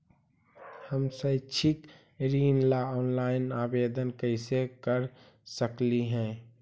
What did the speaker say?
हम शैक्षिक ऋण ला ऑनलाइन आवेदन कैसे कर सकली हे?